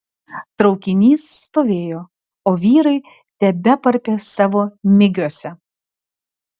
traukinys stovėjo o vyrai tebeparpė savo migiuose